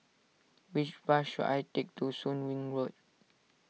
which bus should I take to Soon Wing Road